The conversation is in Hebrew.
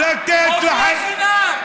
אוכלי חינם.